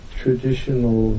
traditional